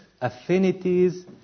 affinities